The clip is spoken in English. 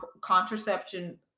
contraception